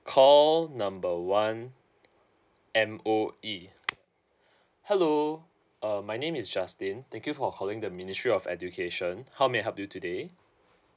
call number one M_O_E hello uh my name is justin thank you for calling the ministry of education how may I help you today